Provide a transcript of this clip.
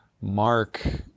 Mark